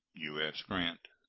u s. grant.